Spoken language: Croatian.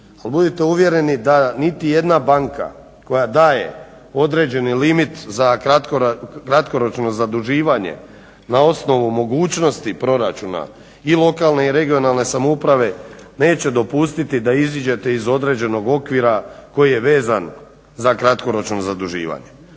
budite uvjereni da niti jedna banka koja daje određeni limit za kratkoročno zaduživanje na osnovu mogućnosti proračuna i lokalne i regionalne samouprave neće dopustiti da iziđete iz određenog okvira koji je vezan za kratkoročno zaduživanje.